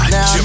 Now